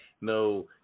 no